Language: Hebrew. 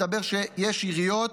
מסתבר שיש עיריות